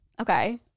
Okay